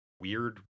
weird